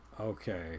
Okay